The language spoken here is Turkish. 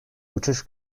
uçuş